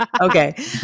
Okay